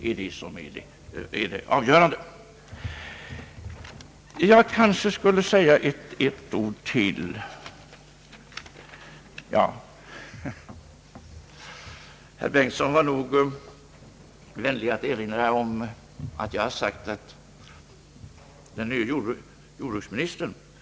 Jag skulle kanske säga ett par ord till om vad inledarna i denna debatt sagt. Herr Bengtson var nog vänlig att erinra om ett yttrande av mig om den nye jordbruksministern.